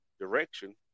direction